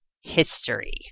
history